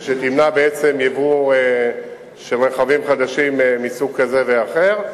ושתמנע בעצם ייבוא של רכבים חדשים מסוג כזה ואחר.